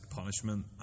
punishment